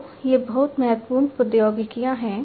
तो ये बहुत महत्वपूर्ण प्रौद्योगिकियां हैं